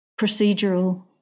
procedural